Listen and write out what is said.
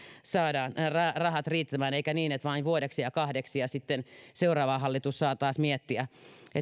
saamme rahat riittämään eikä vain vuodeksi tai kahdeksi niin että sitten seuraava hallitus saa taas miettiä